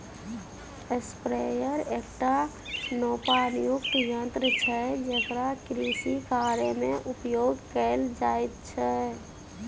sprayer एकटा नोपानियुक्त यन्त्र छै जेकरा कृषिकार्यमे उपयोग कैल जाइत छै